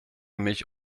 mich